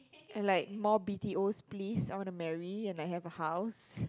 and like more B_T_Os please I wanna marry and like have a house